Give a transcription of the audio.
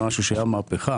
משהו שהיה מהפכה,